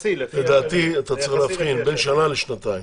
לדעתי אתה צריך להבחין בין שנה לשנתיים,